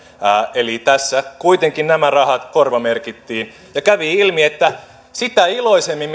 eli tässä kuitenkin nämä rahat korvamerkittiin kävi ilmi että mitä iloisemmin